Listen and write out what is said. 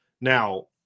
Now